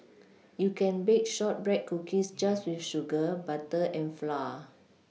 you can bake shortbread cookies just with sugar butter and flour